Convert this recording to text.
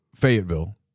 Fayetteville